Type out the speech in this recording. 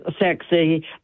sexy